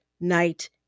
night